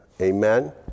Amen